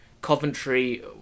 Coventry